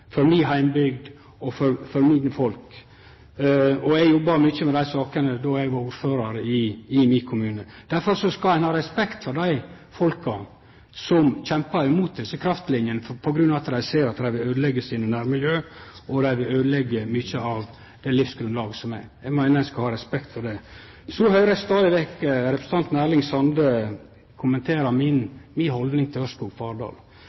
for mi heimbygd og for mine folk. Eg jobba mykje med dei sakene då eg var ordførar i min kommune. Derfor skal ein ha respekt for dei folka som kjempar imot desse kraftlinjene på grunn av at dei ser at dei vil øydeleggje nærmiljøet deira, øydeleggje mykje av det livsgrunnlaget som er. Eg meiner ein skal ha respekt for det. Så høyrer eg stadig vekk representanten Erling Sande kommentere mi haldning til